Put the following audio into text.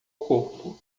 corpo